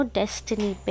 destiny